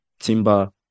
Timba